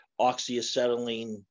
oxyacetylene